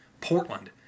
Portland